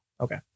Okay